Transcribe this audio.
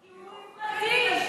כי זאת הפרטה.